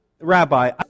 Rabbi